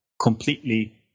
completely